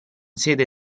sede